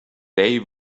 they